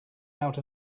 out